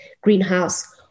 greenhouse